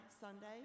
Sunday